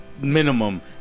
minimum